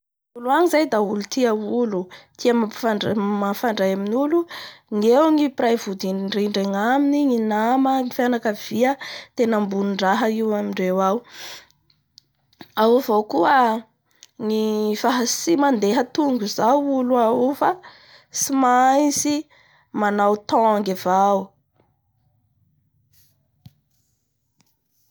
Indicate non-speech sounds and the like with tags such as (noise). Ny olo agny zay da olo tia olotia mampifandray mifandray amin'ny oloeo ny mpiray vody rindry agnaminy ny nama ny fianakavia tena ambon'ny ndraha io amindreo ao (noise) ny faha- tsy mandehatongotry zao olo ao io fa tsimaintsy tongue avao.